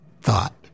thought